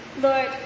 Lord